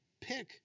Pick